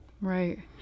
Right